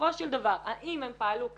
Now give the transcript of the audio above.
בסופו של דבר, האם הם פעלו כדין?